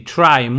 Try